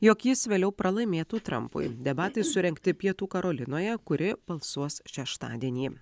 jog jis vėliau pralaimėtų trampui debatai surengti pietų karolinoje kuri balsuos šeštadienį